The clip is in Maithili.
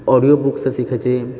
ऑडियो बुकसँ सीखैत छियै